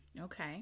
Okay